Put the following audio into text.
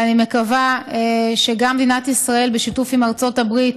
ואני גם מקווה שמדינת ישראל וארצות הברית